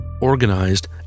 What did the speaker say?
organized